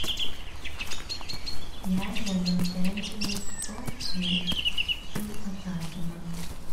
ježio netenkino toks gidžių atsakymas